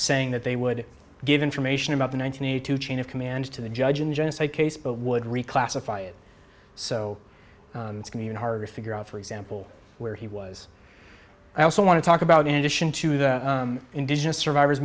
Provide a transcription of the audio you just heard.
saying that they would give information about the nine hundred eighty two chain of command to the judge in the genocide case but would reclassify it so it's going to be hard to figure out for example where he was i also want to talk about in addition to the indigenous survivors